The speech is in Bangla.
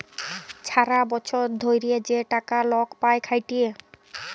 ছারা বচ্ছর ধ্যইরে যে টাকা লক পায় খ্যাইটে